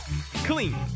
Clean